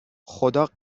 خدا